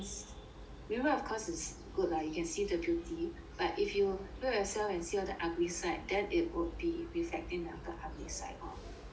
mirror of course is good lah you can see the beauty but if you put yourself and see the ugly side then it would be reflecting 那个 ugly side lor mm